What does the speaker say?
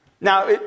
Now